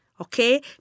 okay